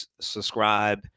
subscribe